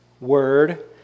word